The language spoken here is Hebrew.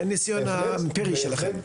מהניסיון האמפירי שלכם.